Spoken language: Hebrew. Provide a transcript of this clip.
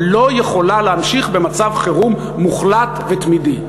לא יכולה להמשיך במצב חירום מוחלט ותמידי.